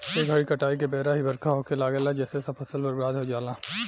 ए घरी काटाई के बेरा ही बरखा होखे लागेला जेसे सब फसल बर्बाद हो जाला